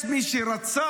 יש מי שרצה,